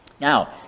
Now